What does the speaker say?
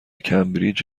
کمبریج